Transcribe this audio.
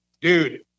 Dude